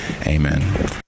amen